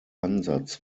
ansatz